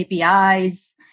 APIs